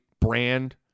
brand